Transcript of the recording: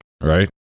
right